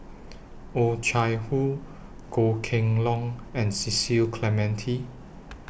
Oh Chai Hoo Goh Kheng Long and Cecil Clementi